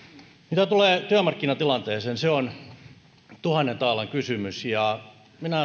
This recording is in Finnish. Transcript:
mitä tulee työmarkkinatilanteeseen se on tuhannen taalan kysymys minä